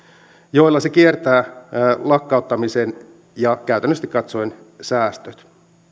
joilla se kiertää lakkauttamisen ja käytännöllisesti katsoen säästöt